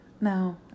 No